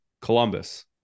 Columbus